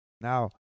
Now